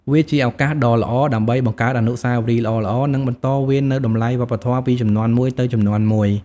វាជាឱកាសដ៏ល្អដើម្បីបង្កើតអនុស្សាវរីយ៍ល្អៗ និងបន្តវេននូវតម្លៃវប្បធម៌ពីជំនាន់មួយទៅជំនាន់មួយ ។